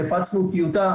הפצנו טיוטה,